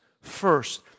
First